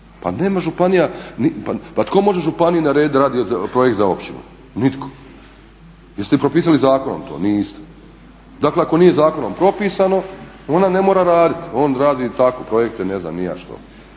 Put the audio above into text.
Pa nema županija, pa tko može županiji narediti da radi projekt za općinu? Nitko, jeste vi propisali zakonom tome? Niste. Dakle ako nije zakonom propisano onda ne mora raditi. On radi tako projekte, ne znam ni ja što.